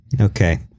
Okay